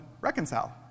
reconcile